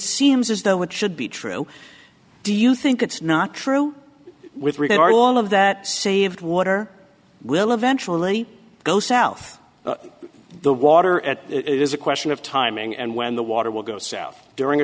seems as though it should be true do you think it's not true with regard all of that saved water will eventually go south the water at it is a question of timing and when the water will go south during a